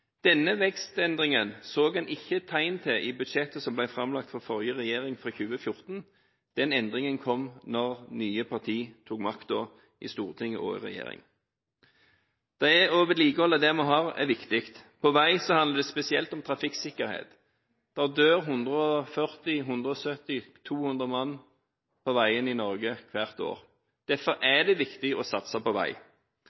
Denne vekstendringen så en ikke tegn til i budsjettet for 2014, som ble framlagt av den forrige regjeringen. Denne endringen kom da nye partier tok makten i Stortinget og kom i regjering. Å vedlikeholde det vi har, er viktig. På veisektoren handler det spesielt om trafikksikkerhet. Det dør 140–170–200 mennesker på veiene i Norge hvert år. Derfor er